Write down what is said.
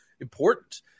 important